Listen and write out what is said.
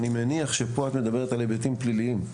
אני מניח שאת מדברת פה על היבטים פליליים.